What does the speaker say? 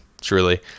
truly